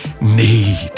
need